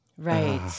Right